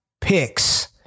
picks